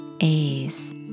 A's